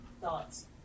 thoughts